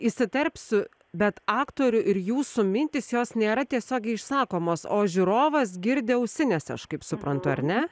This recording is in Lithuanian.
įsiterpsiu bet aktorių ir jūsų mintys jos nėra tiesiogiai išsakomos o žiūrovas girdi ausinėse aš kaip suprantu ar ne